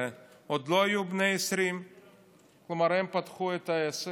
עוד לא היו בני 20. כלומר הם פתחו עסק